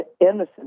Innocent